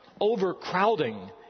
Overcrowding